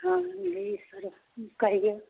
हम नहि सर कहियो